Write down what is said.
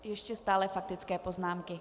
Ještě stále faktické poznámky.